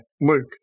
Luke